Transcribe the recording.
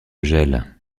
gel